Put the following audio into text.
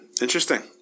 Interesting